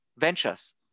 ventures